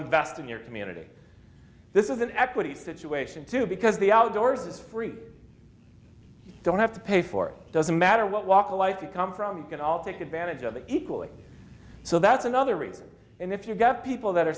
invest in your community this is an equity situation too because the outdoors is free don't have to pay for it doesn't matter what walk of life you come from and i'll take advantage of that equally so that's another reason and if you've got people that are